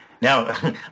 now